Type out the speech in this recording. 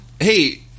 hey